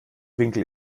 winkel